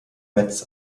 metz